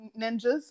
ninjas